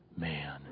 man